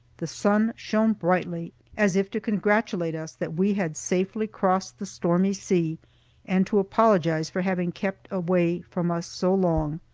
the sun shone brightly, as if to congratulate us that we had safely crossed the stormy sea and to apologize for having kept away from us so long.